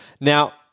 Now